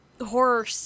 horror